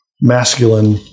masculine